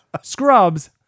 Scrubs